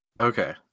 Okay